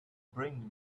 bring